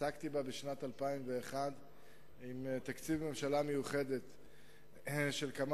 עסקתי בה בשנת 2001 עם תקציב ממשלה מיוחד של כמה